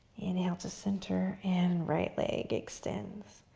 inhale to center and right leg extends.